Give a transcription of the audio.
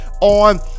on